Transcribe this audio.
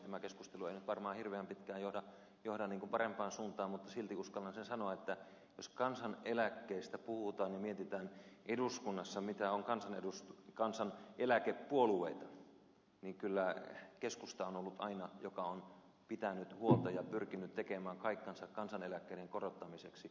tämä keskustelu ei nyt varmaan hirveän pitkään johda parempaan suuntaan mutta silti uskallan sen sanoa että jos kansaneläkkeistä puhutaan ja mietitään eduskunnassa mitkä ovat kansaneläkepuolueita niin kyllä keskusta on ollut aina se joka on pitänyt huolta ja pyrkinyt tekemään kaikkensa kansaneläkkeiden korottamiseksi